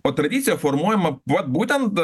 o tradicija formuojama vat būtent